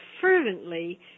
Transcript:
fervently